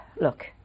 look